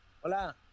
Hola